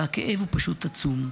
והכאב הוא פשוט עצום.